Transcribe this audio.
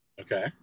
Okay